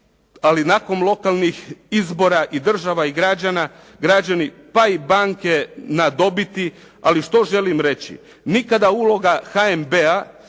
ali nakon lokalnih izbora i država i građana građani pa i banke na dobiti. Ali što želim reći? Nikada uloga HNB-a